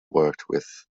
worked